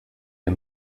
der